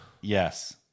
Yes